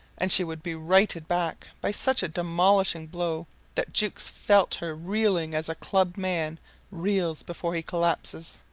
and she would be righted back by such a demolishing blow that jukes felt her reeling as a clubbed man reels before he collapses.